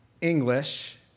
English